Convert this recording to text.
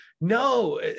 no